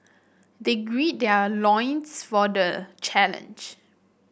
they gird their loins for the challenge